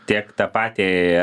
tiek tą patį